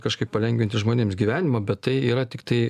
kažkaip palengvinti žmonėms gyvenimą bet tai yra tiktai